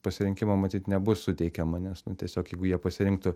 pasirinkimo matyt nebus suteikiama nes nu tiesiog jeigu jie pasirinktų